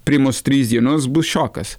primos trys dienos bus šokas